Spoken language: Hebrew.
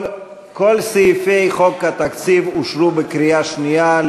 כל סעיפי חוק התקציב אושרו בקריאה שנייה,